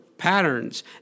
patterns